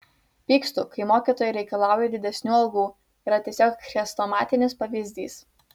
pykstu kai mokytojai reikalauja didesnių algų yra tiesiog chrestomatinis pavyzdys